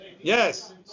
Yes